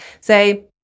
Say